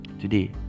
Today